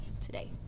today